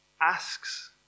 asks